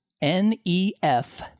N-E-F